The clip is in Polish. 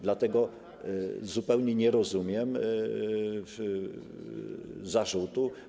Dlatego zupełnie nie rozumiem pani zarzutu.